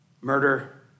murder